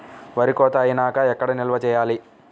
వరి కోత అయినాక ఎక్కడ నిల్వ చేయాలి?